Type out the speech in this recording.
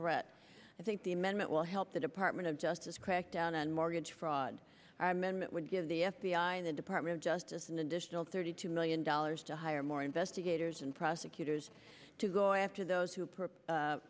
to read i think the amendment will help the department of justice crackdown on mortgage fraud our men would give the f b i and the department of justice an additional thirty two million dollars to hire more investigators and prosecutors to go after those who